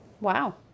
Wow